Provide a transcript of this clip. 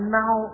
now